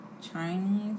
Chinese